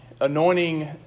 anointing